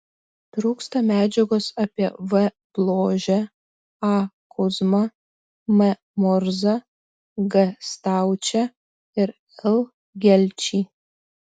trūksta medžiagos apie v bložę a kuzmą m murzą g staučę ir l gelčį